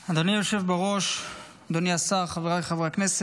אדוני היושב בראש, אדוני השר, חבריי חברי הכנסת,